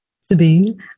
Sabine